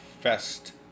fest